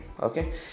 okay